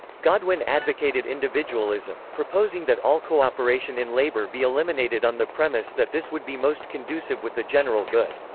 godwin advocated individualism, proposing that all cooperation in labour be eliminated on the premise that this would be most conducive with the general good.